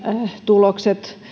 tulokset